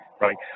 right